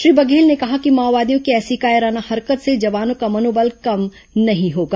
श्री बघेल ने कहा है कि माओवादियों की ऐसी कायराना हरकत से जवानों का मनोबल कम नहीं होगा